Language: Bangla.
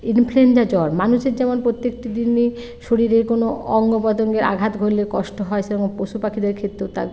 ইনফ্লুয়েঞ্জা জ্বর মানুষের যেমন প্রত্যেকটি দিনই শরীরের কোনো অঙ্গ প্রতঙ্গে আঘাত ঘটলে কষ্ট হয় সেরকম পশু পাখিদের ক্ষেত্রেও তা